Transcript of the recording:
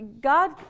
God